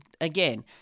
again